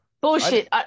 Bullshit